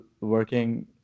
working